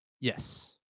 yes